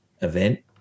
event